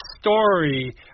story